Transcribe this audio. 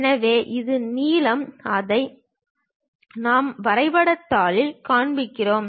எனவே இது நீளம் அதை நாம் வரைபடத் தாளில் காண்பிக்கிறோம்